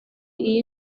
iyo